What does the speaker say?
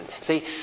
See